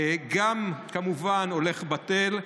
וגם, כמובן, "הולך בטל".